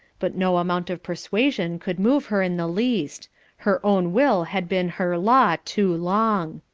but no amount of persuasion could move her in the least her own will had been her law too long.